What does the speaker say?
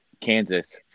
Kansas